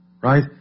right